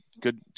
good